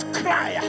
cry